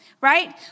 right